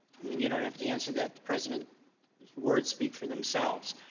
i mean you don't have to answer that, the president's words speak for themselves.